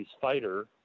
fighter